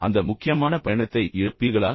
அந்த முக்கியமான பயணத்தை நீங்கள் இழப்பீர்களா